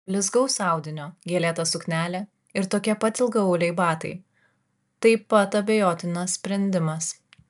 blizgaus audinio gėlėta suknelė ir tokie pat ilgaauliai batai taip pat abejotinas sprendimas